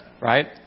Right